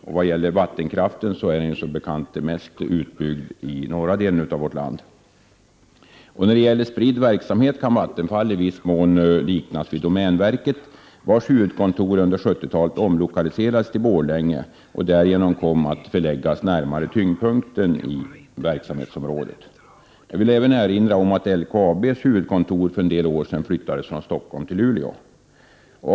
När det gäller vattenkraften är den som bekant mest utbyggd i den norra delen av vårt land. Vattenfalls spridda verksamhet kan i viss mån liknas vid domänverkets, vars huvudkontor under 70-talet omlokalierades till Falun och därigenom kom att att förläggas närmare tyngdpunkten inom verksamhetsområdet. Det kan även erinras om att LKAB:s huvudkontor för en del år sedan flyttades från Stockholm till Luleå.